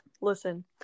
listen